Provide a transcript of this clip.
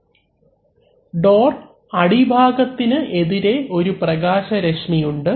അവലംബിക്കുന്ന സ്ലൈഡ് സമയം 2016 ഡോർ അടിഭാഗത്തിനു എതിരെ ഒരു പ്രകാശ രശ്മി ഉണ്ട്